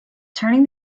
turning